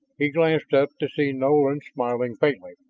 he glanced up to see nolan smiling faintly.